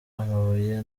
amabuye